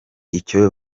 icyo